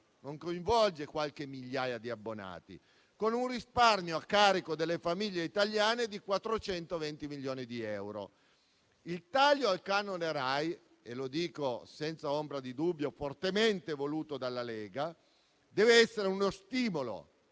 e non qualche migliaia di persone, con un risparmio a carico delle famiglie italiane di 420 milioni di euro. Il taglio al canone Rai - lo dico senza ombra di dubbio - fortemente voluto dalla Lega, deve essere uno stimolo